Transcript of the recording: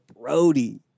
Brody